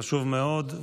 חשוב מאוד,